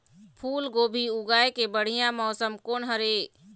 फूलगोभी उगाए के बढ़िया मौसम कोन हर ये?